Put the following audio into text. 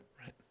right